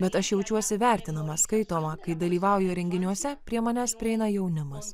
bet aš jaučiuosi vertinama skaitoma kai dalyvauju renginiuose prie manęs prieina jaunimas